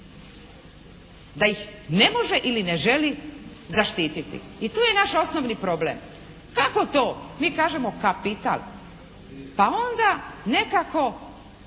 Da ih ne može ili ne želi zaštititi. I tu je naš osnovni problem kako to mi kažemo kapital? Pa onda nekako,